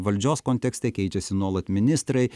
valdžios kontekste keičiasi nuolat ministrai